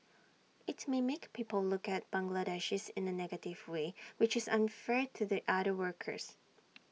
IT may make people look at Bangladeshis in A negative way which is unfair to the other workers